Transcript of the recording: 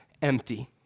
empty